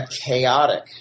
chaotic